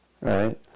right